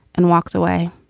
and walks away.